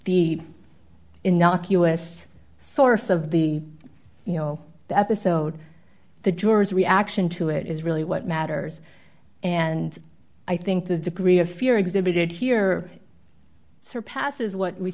the innocuous source of the you know the episode the jury's reaction to it is really what matters and i think the degree of fear exhibited here surpasses what we